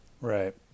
Right